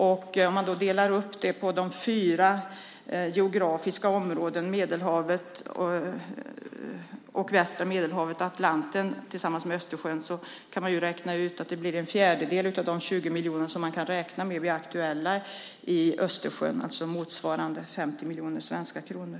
Om man delar upp det på de fyra geografiska områdena - Medelhavet, västra Medelhavet, Atlanten och Östersjön - blir det alltså en fjärdedel av de miljonerna som kan bli aktuella i Östersjön. Det motsvarar 50 miljoner svenska kronor.